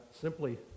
simply